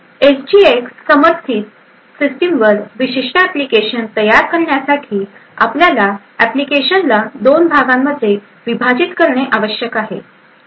तर एसजीएक्स समर्थित सिस्टमवर विशिष्ट एप्लीकेशन तयार करण्यासाठी आपल्याला एप्लीकेशनला दोन भागांमध्ये विभाजित करणे आवश्यक आहे